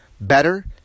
better